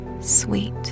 Sweet